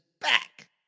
back